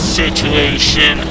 situation